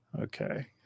Okay